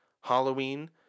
Halloween